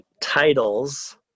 titles